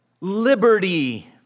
liberty